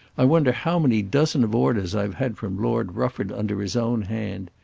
i wonder how many dozen of orders i've had from lord rufford under his own hand.